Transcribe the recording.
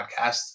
podcast